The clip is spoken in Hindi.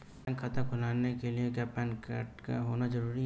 बैंक खाता खोलने के लिए क्या पैन कार्ड का होना ज़रूरी है?